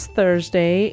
Thursday